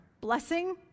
Blessing